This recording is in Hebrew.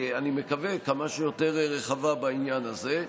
אני מקווה, כמה שיותר רחבה בעניין הזה.